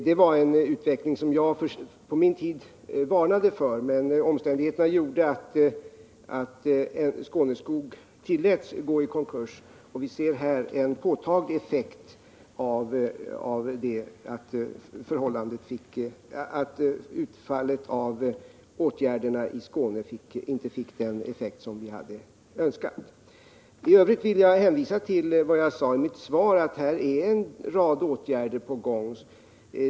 Det var en utveckling som jag på min tid varnade för, men omständigheterna gjorde att Skåneskog tilläts gå i konkurs. Och vi ser här en påtaglig effekt av att utfallet av åtgärderna i Skåne inte blev det som vi hade önskat. I övrigt vill jag hänvisa till vad jag sade i mitt svar, nämligen att en rad åtgärder är på gång.